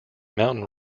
mountain